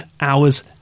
hours